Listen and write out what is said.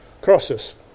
crosses